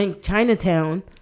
Chinatown